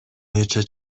нече